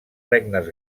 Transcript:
regnes